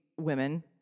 women